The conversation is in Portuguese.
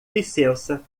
licença